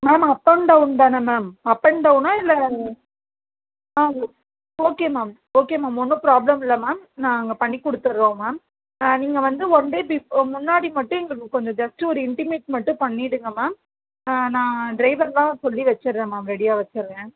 ma'am up and down தானே ma'am up and டவுனா இல்லை ஆ okay okay ma'am okay ma'am ஒன்றும் ப்ராப்ளம் இல்லை மேம் நாங்கள் பண்ணி கொடுத்துடுறோம் மேம் நீங்கள் வந்து ஒன் டே பிஃபோர் முன்னாடி மட்டும் எங்களுக்கு கொஞ்சம் ஜஸ்ட் ஒரு இன்டிமேட் மட்டும் பண்ணிவிடுங்க மேம் நான் டிரைவர்லாம் சொல்லி வெச்சிடுறேன் மேம் ரெடியாக வெச்சிடுறேன்